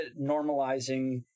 normalizing